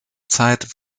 zeit